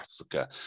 Africa